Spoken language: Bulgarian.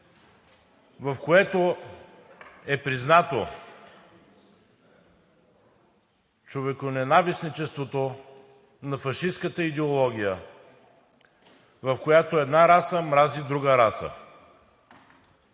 в което е признато човеконенавистничеството на фашистката идеология, в която една раса мрази друга раса.